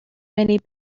many